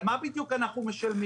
על מה בדיוק אנחנו משלמים.